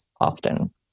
often